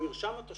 לא, במרשם התושבים